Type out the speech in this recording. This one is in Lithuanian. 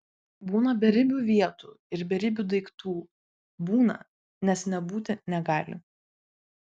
būna beribių vietų ir beribių daiktų būna nes nebūti negali